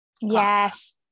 Yes